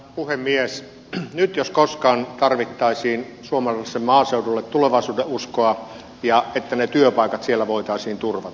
nyt jos koskaan tarvittaisiin suomalaiselle maaseudulle tulevaisuudenuskoa ja sitä että ne työpaikat siellä voitaisiin turvata